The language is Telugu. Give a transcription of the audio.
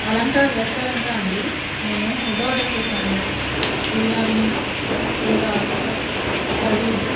అలంకార్ రెస్టారెంటా అండి నేను ఫుడ్ ఆర్డర్ చేసాను బిర్యానీ ఇంకా కర్రీ